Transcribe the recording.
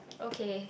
okay